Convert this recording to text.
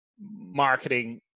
marketing